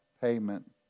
payment